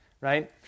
right